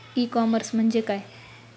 E commerce म्हणजे काय?